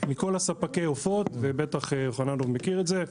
מכל ספקי העופות, ובטח יוחננוף מכיר את זה,